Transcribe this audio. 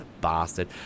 Bastard